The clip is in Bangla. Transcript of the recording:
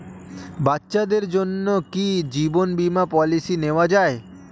বাচ্চাদের জন্য কি জীবন বীমা পলিসি নেওয়া যায়?